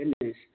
goodness